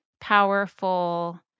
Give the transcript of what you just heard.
powerful